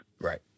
Right